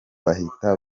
bahita